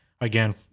again